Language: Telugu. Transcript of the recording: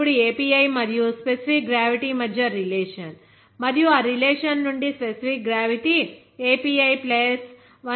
ఇప్పుడు API మరియు స్పెసిఫిక్ గ్రావిటీ మధ్య రిలేషన్ మరియు ఆ రిలేషన్ నుండి స్పెసిఫిక్ గ్రావిటీ API 131